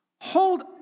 Hold